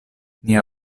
nia